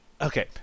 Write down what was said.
okay